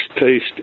taste